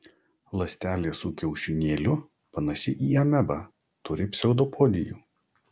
ląstelė su kiaušinėliu panaši į amebą turi pseudopodijų